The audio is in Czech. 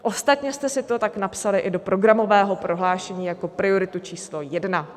Ostatně jste si to tak i napsali do programového prohlášení jako prioritu číslo jedna.